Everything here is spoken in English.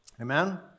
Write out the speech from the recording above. Amen